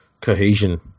cohesion